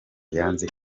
yanze